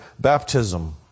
baptism